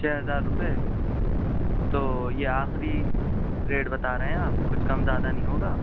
چھ ہزار روپئے تو یہ آخری ریٹ بتا رہے ہیں آپ کچھ کم زیادہ نہیں ہوگا